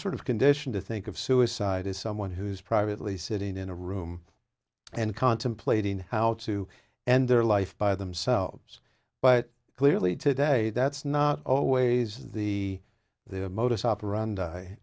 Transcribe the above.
sort of condition to think of suicide as someone who's privately sitting in a room and contemplating how to end their life by themselves but clearly today that's not always the the modus operandi